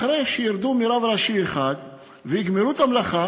אחרי שירדו מרב ראשי אחד ויגמרו את המלאכה,